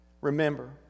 remember